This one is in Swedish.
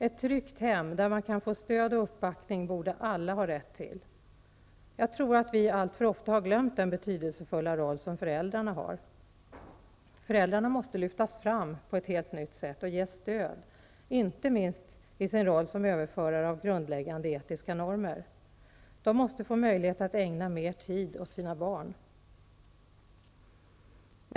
Ett tryggt hem där man kan få stöd och uppbackning borde alla ha rätt till. Jag tror att vi alltför ofta har glömt den betydelsefulla roll som föräldrarna har. Föräldrarna måste lyftas fram på ett helt nytt sätt och ges stöd, inte minst i sin roll som överförare av grundläggande etiska normer. De måste få möjlighet att ägna mer tid åt sina barn.